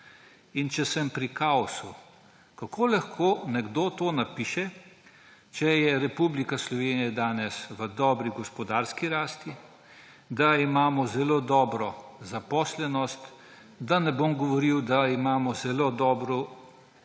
In če sem pri kaosu, kako lahko nekdo to napiše, če je Republika Slovenija danes v dobri gospodarski rasti, da imamo zelo dobro zaposlenost, da ne bom govoril, da imamo bistveno